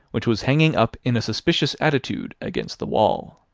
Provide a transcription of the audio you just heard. which was hanging up in a suspicious attitude against the wall.